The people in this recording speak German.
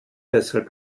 deshalb